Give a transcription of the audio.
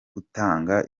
gutanga